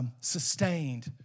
sustained